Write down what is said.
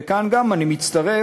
וכאן גם אני מצטרף,